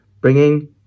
bringing